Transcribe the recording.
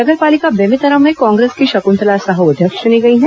नगर पालिका बेमेतरा में कांग्रेस की शकुंतला साहू अध्यक्ष चुनी गई हैं